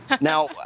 Now